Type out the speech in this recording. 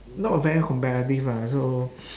not very competitive lah so